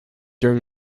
during